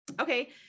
Okay